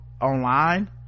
online